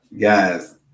Guys